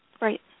Right